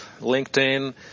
LinkedIn